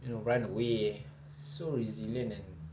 you know run away so resilient and